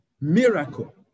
miracle